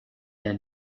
der